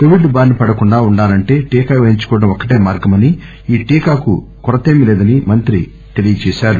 Covid బారిన పడకుండా వుండాలంటే టీకా పేయించుకోవడం ఒక్కటే మార్గమని ఈ టీకాకు కొరతేమీ లేదని కేంద్ర మంత్రి తెలిపారు